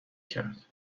کرد